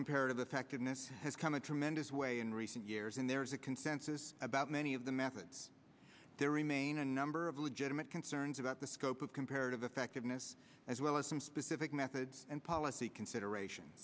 comparative effectiveness has come a tremendous way in recent years and there is a consensus about many of the methods there remain a number of legitimate concerns about the scope of comparative effectiveness as well as some specific methods and policy consideration